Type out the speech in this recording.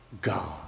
God